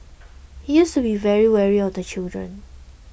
he used to be very wary of the children